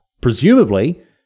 Presumably